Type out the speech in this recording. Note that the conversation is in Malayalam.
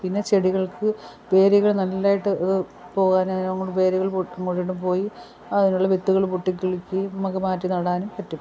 പിന്നെ ചെടികൾക്ക് വേരുകൾ നല്ലതായിട്ട് പോകാൻ നമ്മൾ വേരുകൾ അങ്ങോട്ടിങ്ങോട്ടും പോയി അതിനുള്ള വിത്തുകൾ പൊട്ടി കിളുർക്കയും നമുക്ക് മാറ്റി നടാനും പറ്റും